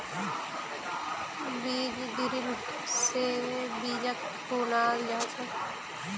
बीज ड्रिल से बीजक बुनाल जा छे